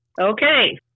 Okay